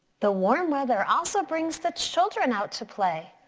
the warm weather also brings the children out to play.